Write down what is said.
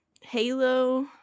Halo